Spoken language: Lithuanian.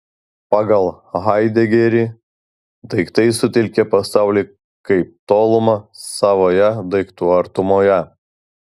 pagal haidegerį daiktai sutelkia pasaulį kaip tolumą savoje daiktų artumoje